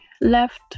left